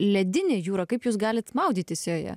ledinė jūra kaip jūs galit maudytis joje